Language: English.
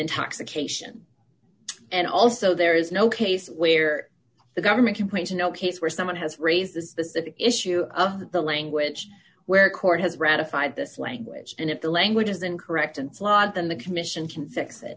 intoxication and also there is no case where the government can point to no case where someone has raised the specific issue of the language where court has ratified this language and if the language is incorrect and flawed then the commission can fix it